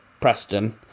Preston